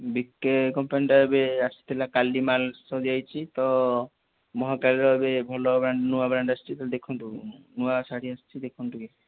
ବି K କମ୍ପାନୀଟା ଏବେ ଆସିଥିଲା କାଲି ମାଲ୍ ସରିଯାଇଛି ତ ମହକାଳୀର ଏବେ ଭଲ ବ୍ରାଣ୍ଡ୍ ନୂଆ ବ୍ରାଣ୍ଡ୍ ଆସିଛି ତ ଦେଖନ୍ତୁ ନୂଆ ଶାଢ଼ୀ ଆସିଛି ଦେଖନ୍ତୁ ଟିକିଏ